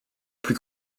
plus